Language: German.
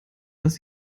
dass